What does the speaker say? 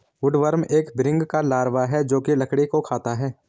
woodworm एक भृंग का लार्वा है जो की लकड़ी को खाता है